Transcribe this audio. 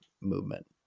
movement